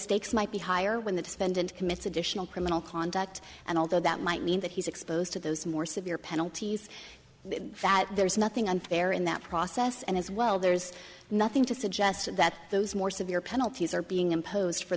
stakes might be higher when that spend and commits additional criminal conduct and although that might mean that he's exposed to those more severe penalties that there's nothing unfair in that process and as well there's nothing to suggest that those more severe penalties are being imposed for